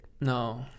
No